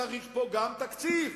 צריך פה גם תקציב.